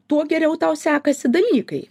tuo geriau tau sekasi dalykai